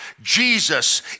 Jesus